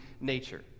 nature